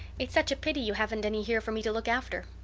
it's such a pity you haven't any here for me to look after.